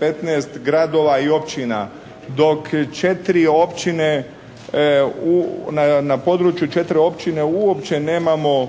15 gradova i općina dok 4 općine, na području 4 općine uopće nemamo